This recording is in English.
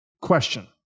question